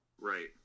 right